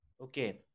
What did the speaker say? okay